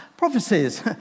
Prophecies